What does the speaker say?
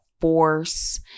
force